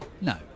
No